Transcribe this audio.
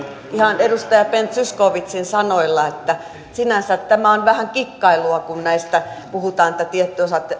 ihan edustaja ben zyskowiczin sanoilla että sinänsä tämä on vähän kikkailua kun näistä puhutaan että tietty osa